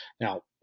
Now